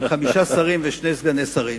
עם חמישה שרים ושני סגני שרים.